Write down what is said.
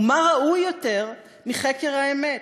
"ומה ראוי יותר מחקר האמת,